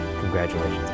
Congratulations